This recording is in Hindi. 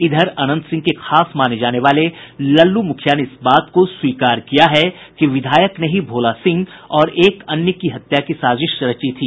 इधर अनंत सिंह के खास माने जाने वाले लल्लू मुखिया ने इस बात को स्वीकार कर लिया है कि विधायक ने ही भोला सिंह और एक अन्य की हत्या की साजिश रची थी